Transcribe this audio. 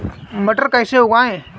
मटर कैसे उगाएं?